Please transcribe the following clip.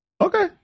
Okay